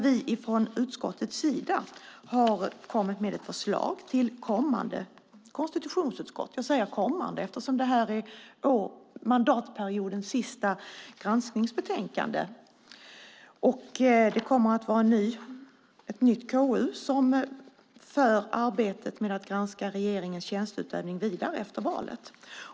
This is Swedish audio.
Vi i utskottet har kommit med ett förslag till kommande konstitutionsutskott. Jag säger kommande eftersom det här är mandatperiodens sista granskningsbetänkande. Det kommer att vara ett nytt KU som för arbetet med att granska regeringens tjänsteutövning vidare efter valet.